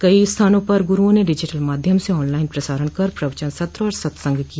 कई स्थानों पर गुरूओं ने डिजिटल माध्यम से ऑनलाइन प्रसारण कर प्रवचन सत्र और सतसंग किया